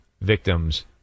victims